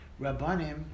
Rabbanim